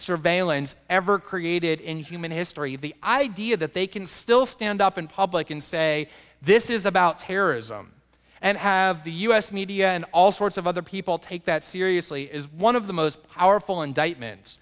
surveillance ever created in human history the idea that they can still stand up in public and say this is about terrorism and have the us media and all sorts of other people take that seriously is one of the most powerful indictment